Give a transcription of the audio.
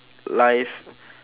live